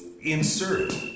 insert